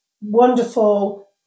wonderful